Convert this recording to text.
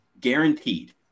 guaranteed